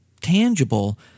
tangible